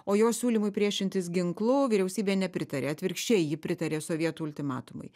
o jo siūlymui priešintis ginklu vyriausybė nepritarė atvirkščiai ji pritarė sovietų ultimatumai